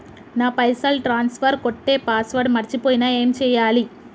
నా పైసల్ ట్రాన్స్ఫర్ కొట్టే పాస్వర్డ్ మర్చిపోయిన ఏం చేయాలి?